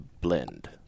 blend